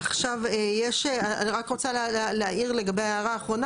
עכשיו יש, אני רק רוצה להעיר לגבי ההערה האחרונה.